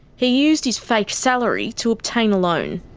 he used his fake salary to obtain a loan.